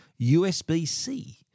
USB-C